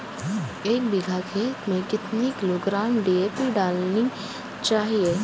एक बीघा खेत में कितनी किलोग्राम डी.ए.पी डालनी चाहिए?